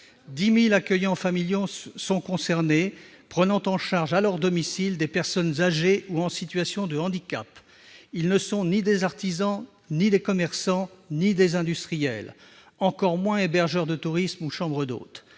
mille accueillants familiaux sont concernés, prenant en charge, à leur domicile, des personnes âgées ou en situation de handicap. Ils ne sont ni des artisans, ni des commerçants, ni des industriels, encore moins des hébergeurs de touristes en chambre d'hôtes.